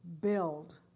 Build